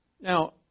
Now